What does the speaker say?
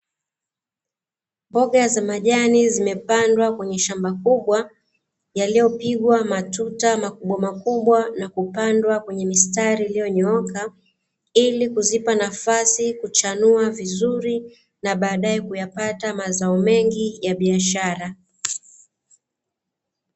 Mboga za majani zimepandwa kwenye shamba kubwa yaliyopigwa matuta makubwa makubwa, na kupandwa kwenye mistari iliyonyooka ili kuzipa nafasi kuchanua vizuri na baadae kuyapata mazao mengi ya biashara.